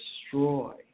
destroy